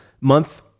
Month